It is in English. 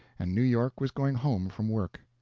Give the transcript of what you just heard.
and new york was going home from work.